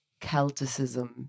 Celticism